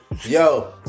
Yo